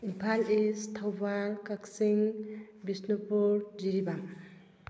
Imphal East Thoubal Kakching Bishnupur Jiribam